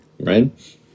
Right